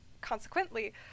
consequently